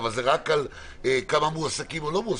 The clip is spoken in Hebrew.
אבל זה רק על כמה מועסקים או לא מועסקים,